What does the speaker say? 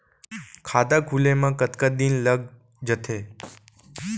खाता खुले में कतका दिन लग जथे?